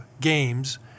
games